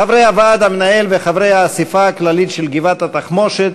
חברי הוועד המנהל וחברי האספה הכללית של גבעת-התחמושת,